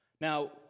Now